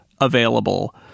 available